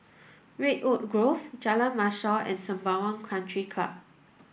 Redwood Grove Jalan Mashor and Sembawang Country Club